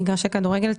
מגרשי כדורגל,